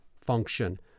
function